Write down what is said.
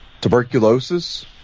tuberculosis